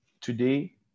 today